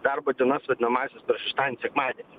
darbo dienas vadinamąsias per šeštadienį sekmadienį